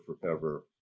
forever